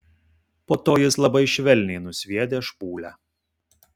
po to jis labai švelniai nusviedė špūlę